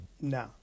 no